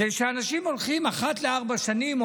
זה שאנשים הולכים אחת לארבע שנים,